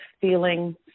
feeling